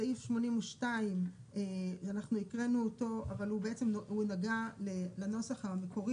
סעיף 82. אנחנו הקראנו אותו אבל בעצם הוא נגע לנוסח המקורי